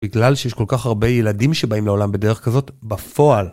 בגלל שיש כל כך הרבה ילדים שבאים לעולם בדרך כזאת בפועל.